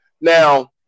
now